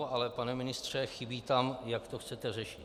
Ale pane ministře, chybí tam, jak to chcete řešit.